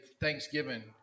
Thanksgiving